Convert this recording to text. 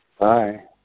Bye